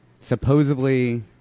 supposedly